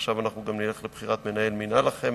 עכשיו אנחנו גם נלך לבחירת מנהל מינהל החמ"ד,